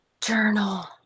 journal